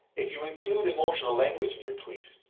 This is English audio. if you include emotional language in your tweet,